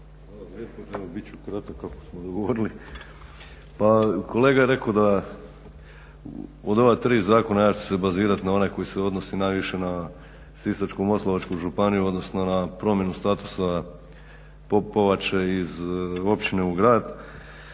Hvala lijepo. Evo bit ću kratak kako smo dogovorili. Pa kolega je rekao da od ova tri zakona ja ću se bazirat na onaj koji se odnosi najviše na Sisačko-moslavačku županiju, odnosno na promjenu statusa Popovače iz općine u grad.